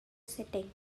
setting